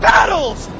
Battles